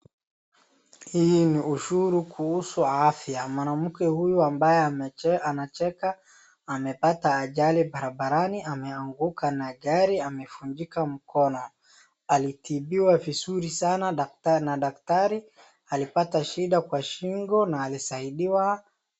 Hii ni ushuru kuhusu afya mwanamke huyu ambaye anacheka amepata ajali barabarani ameanguka na gari, amevunjika mkono. Alitibiwa vizuri sana na daktari alipata shida kwa shingo na alisaidiwa.